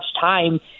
time